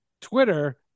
Twitter